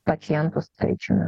pacientų skaičiumi